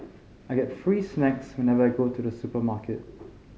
I get free snacks whenever I go to the supermarket